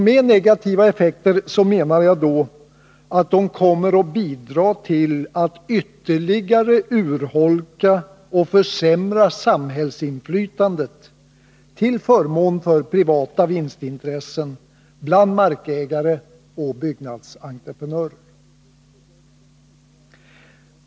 Med negativa effekter menar jag då att de kommer att bidra till att ytterligare urholka och försämra samhällsinflytandet till förmån för privata vinstintressen bland markägare och byggnadsentreprenörer.